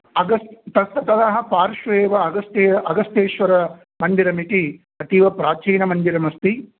अगस् तत् ततः पार्श्वे एव अगस्त्य अगस्त्येश्वरमन्दिरमिति अतीवप्राचीनमन्दिरमस्ति